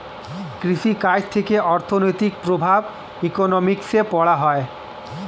কৃষি কাজ থেকে অর্থনৈতিক প্রভাব ইকোনমিক্সে পড়া হয়